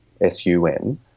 S-U-N